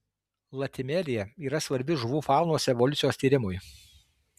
latimerija yra svarbi žuvų faunos evoliucijos tyrimui